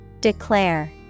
Declare